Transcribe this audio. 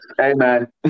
amen